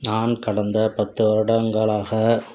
நான் கடந்த பத்து வருடங்களாக